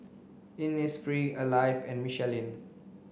Innisfree Alive and Michelin